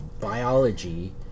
biology